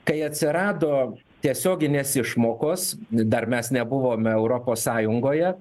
kai atsirado tiesioginės išmokos dar mes nebuvome europos sąjungoje